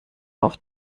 auf